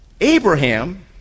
Abraham